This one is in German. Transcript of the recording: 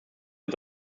wir